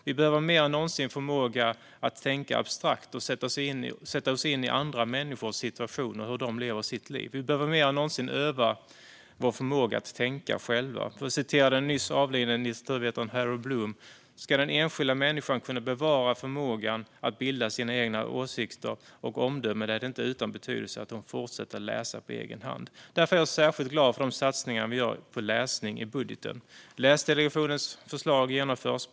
Vi behöver mer än någonsin förmåga att tänka abstrakt och sätta oss in i andra människors situation och hur de lever sitt liv. Vi behöver mer än någonsin öva vår förmåga att tänka själva. För att citera den nyss avlidne litteraturvetaren Harold Bloom: "Ska den enskilda människan kunna bevara förmågan att bilda sig egna åsikter och omdömen är det inte utan betydelse att hon fortsätter att läsa på egen hand." Därför är jag särskilt glad för de satsningar vi gör på läsning i budgeten. Läsdelegationens förslag genomförs.